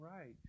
right